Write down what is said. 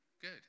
Good